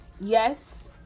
yes